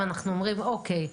ואנחנו אומרים אוקי,